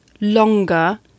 longer